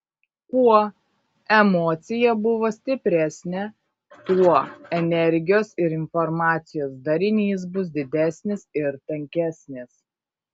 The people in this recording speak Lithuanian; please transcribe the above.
kuo emocija buvo stipresnė tuo energijos ir informacijos darinys bus didesnis ir tankesnis